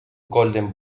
golden